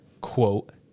quote